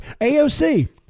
AOC